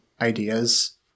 ideas